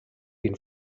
been